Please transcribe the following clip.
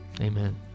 Amen